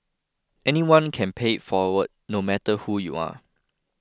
anyone can pay it forward no matter who you are